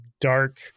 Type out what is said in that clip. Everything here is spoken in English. dark